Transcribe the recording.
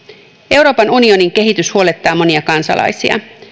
euroopan unionin kehitys huolettaa monia kansalaisia